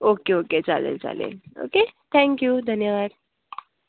okay okay चालेल चालेल okay thank you धन्यवाद